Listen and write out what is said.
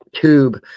tube